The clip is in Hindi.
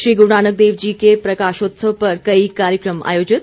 श्री गुरूनानक देव जी के प्रकाशोत्सव पर कई कार्यक्रम आयोजित